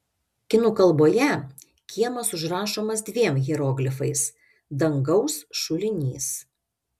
kinų kalboje kiemas užrašomas dviem hieroglifais dangaus šulinys